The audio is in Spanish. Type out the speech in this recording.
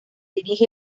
dirige